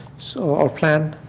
so our plan,